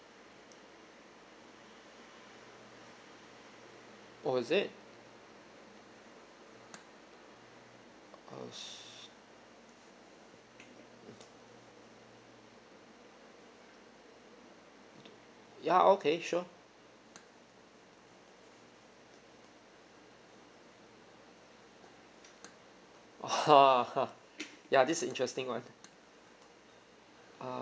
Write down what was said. oh is it err ya okay sure (uh huh) !huh! ya this the interesting one err